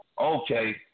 Okay